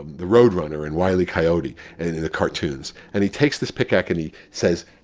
the roadrunner in wiley coyote and in the cartoons, and he takes this pickaxe and he says,